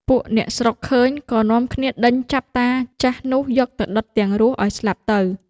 ពួកអ្នកស្រុកឃើញ ក៏នាំគ្នាដេញចាប់តាចាស់នោះ យកទៅដុតទាំងរស់ឲ្យស្លាប់ទៅ ។